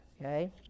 Okay